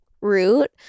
root